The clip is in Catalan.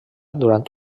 durant